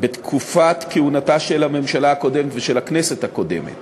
בתקופת כהונת הממשלה הקודמת והכנסת הקודמת